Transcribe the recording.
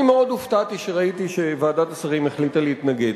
אני מאוד הופתעתי כשראיתי שוועדת השרים החליטה להתנגד,